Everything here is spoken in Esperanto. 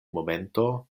momento